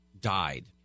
died